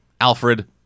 Alfred